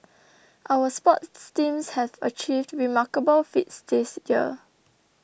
our sports teams have achieved remarkable feats this year